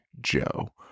Joe